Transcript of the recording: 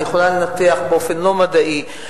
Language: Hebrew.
אני יכולה לנתח באופן לא מדעי,